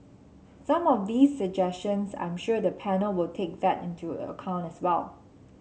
some of these suggestions I'm sure the panel will take that into account as well